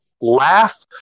Laugh